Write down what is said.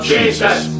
Jesus